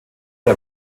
der